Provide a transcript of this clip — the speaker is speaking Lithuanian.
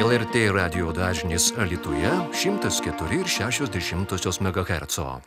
el er tė radijo dažnis alytuje šimtas keturi ir šešios dešimtosios mega herco